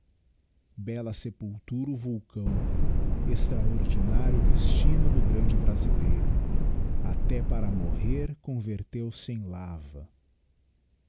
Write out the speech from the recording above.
bella sepultura o vulcão extraordinário destino o do grande brasileiro até para morrer converteu-se em lava